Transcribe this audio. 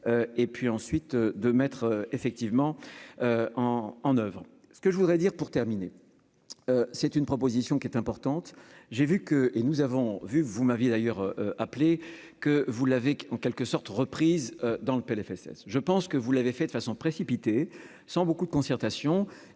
et puis ensuite de mettre effectivement en oeuvre ce que je voudrais dire pour terminer, c'est une proposition qui est importante, j'ai vu que et nous avons vu, vous m'aviez d'ailleurs appelé que vous l'avez en quelque sorte, reprise dans le PLFSS je pense que vous l'avez fait de façon précipitée, sans beaucoup de concertation